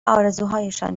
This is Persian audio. آرزوهایشان